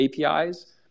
APIs